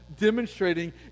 demonstrating